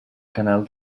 canal